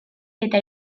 eta